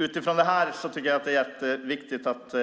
Utifrån detta tycker jag att det är viktigt att